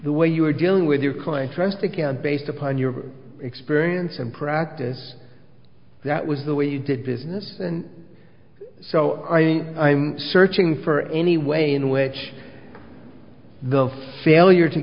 the way you are dealing with your client trust account based upon your experience and practice that was the way you did business and so i am searching for any way in which the failure to